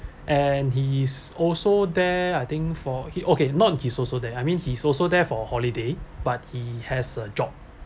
and he is also there I think for he okay not he's also there I mean he's also there for holiday but he has a job